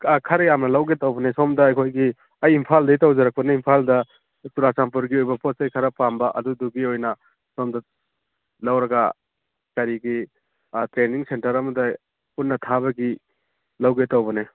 ꯑꯥ ꯈꯔ ꯌꯥꯝꯅ ꯂꯧꯒꯦ ꯇꯧꯕꯅꯦ ꯁꯣꯝꯗ ꯑꯩꯈꯣꯏꯒꯤ ꯑꯩ ꯏꯐꯥꯜꯗꯩ ꯇꯧꯖꯔꯛꯄꯅꯦ ꯏꯝꯐꯥꯜꯗ ꯆꯨꯔꯥꯆꯥꯟꯄꯨꯔꯒꯤ ꯑꯣꯏꯕ ꯄꯣꯠ ꯆꯩ ꯈꯔ ꯄꯥꯝꯕ ꯑꯗꯨꯗꯨꯒꯤ ꯑꯣꯏꯅ ꯁꯣꯝꯗ ꯂꯧꯔꯒ ꯀꯔꯤꯒꯤ ꯇ꯭ꯔꯦꯅꯤꯡ ꯁꯦꯟꯇꯔ ꯑꯃꯗ ꯄꯨꯟꯅ ꯊꯥꯕꯒꯤ ꯂꯧꯒꯦ ꯇꯧꯕꯅꯦ